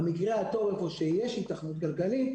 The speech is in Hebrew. במקרה הטוב איפה שיש היתכנות כלכלית,